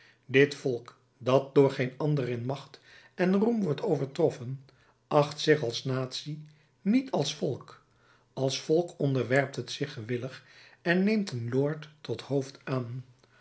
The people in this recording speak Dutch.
dit volk dat door geen ander in macht en roem wordt overtroffen acht zich als natie niet als volk als volk onderwerpt het zich gewillig en neemt een lord tot hoofd aan